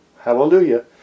hallelujah